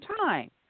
time